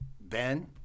Ben